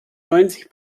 neunzig